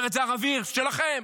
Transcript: אומר את זה הרב הירש שלכם.